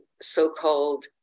so-called